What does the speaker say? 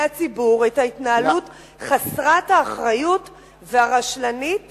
הציבור את ההתנהלות חסרת האחריות והרשלנית